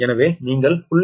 எனவே நீங்கள் 0